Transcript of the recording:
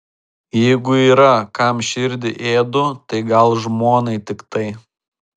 jeigu yra kam širdį ėdu tai gal žmonai tiktai